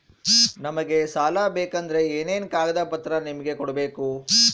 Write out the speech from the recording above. ನಮಗೆ ಸಾಲ ಬೇಕಂದ್ರೆ ಏನೇನು ಕಾಗದ ಪತ್ರ ನಿಮಗೆ ಕೊಡ್ಬೇಕು?